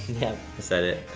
yeah. i said it.